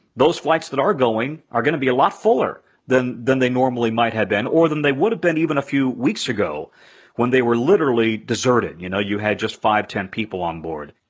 those flights that are going are gonna be a lot fuller than than they normally might have been, or than they would have been even a few weeks ago when they were literally deserted, you know, you had just five, ten people on board.